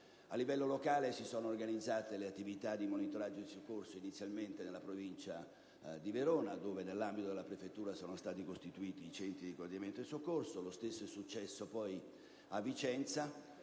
A livello locale si sono organizzate le attività di monitoraggio e soccorso inizialmente nella provincia di Verona, dove nell'ambito della prefettura sono stati costituiti i centri di coordinamento e soccorso. Lo stesso è successo a Vicenza,